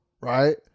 right